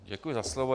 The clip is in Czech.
Děkuji za slovo.